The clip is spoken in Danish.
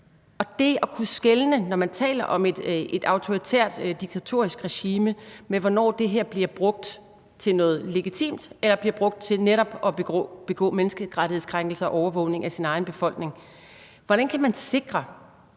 kan man skelne mellem – når man taler om et autoritært diktatorisk regime – hvornår det her bliver brugt til noget legitimt, og hvornår det bliver brugt til netop at begå menneskerettighedskrænkelser mod og overvågning af sin egen befolkning? Hvordan kan man lige